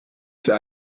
für